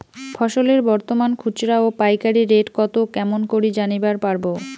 ফসলের বর্তমান খুচরা ও পাইকারি রেট কতো কেমন করি জানিবার পারবো?